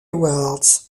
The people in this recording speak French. awards